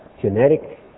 genetic